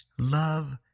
Love